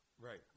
Right